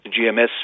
GMS